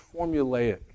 formulaic